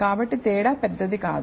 కాబట్టి తేడా పెద్దది కాదు